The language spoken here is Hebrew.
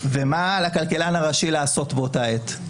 ומה על הכלכלן הראשי לעשות באותה עת?